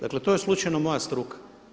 Dakle, to je slučajno moja struka.